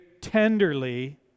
tenderly